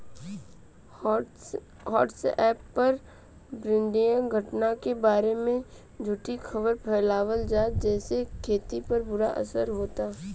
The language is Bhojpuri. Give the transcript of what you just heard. व्हाट्सएप पर ब्रह्माण्डीय घटना के बारे में झूठी खबर फैलावल जाता जेसे खेती पर बुरा असर होता